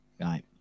Right